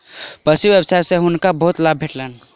पशु व्यवसाय सॅ हुनका बहुत लाभ भेटलैन